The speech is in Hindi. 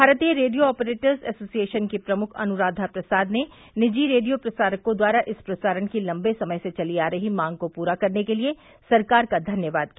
भारतीय रेडियो ऑपरेटर्स एसोसिएशन की प्रमुख अनुराधा प्रसाद ने निजी रेडियो प्रसारको द्वारा इस प्रसारण की लम्बे समय से चली आ रही मांग को पूरा करने के लिए सरकार का धन्यवाद किया